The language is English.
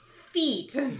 feet